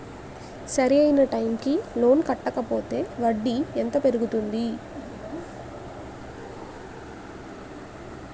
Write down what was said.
సరి అయినా టైం కి లోన్ కట్టకపోతే వడ్డీ ఎంత పెరుగుతుంది?